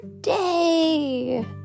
Day